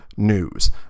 News